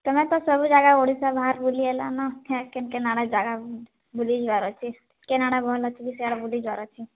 ତମେ ତ ସବୁ ଜାଗା ଓଡ଼ିଶା ବାହାର୍ ବୁଲି ଆଇଲଣ ହେ କେନ୍ କେନ୍ ଆଡ଼ ଜାଗା ବୁଲି ଯିବାର ଅଛି କେନ୍ ଆଡ଼େ ଭଲ୍ ଅଛି ସିୟାଡ଼େ ବୁଲି ଯିବାର ଅଛି